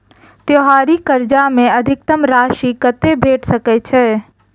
त्योहारी कर्जा मे अधिकतम राशि कत्ते भेट सकय छई?